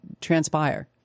transpire